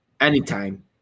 Anytime